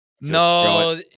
No